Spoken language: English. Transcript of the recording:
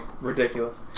Ridiculous